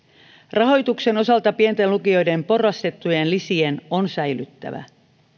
rahoituksen osalta pienten lukioiden porrastettujen lisien on säilyttävä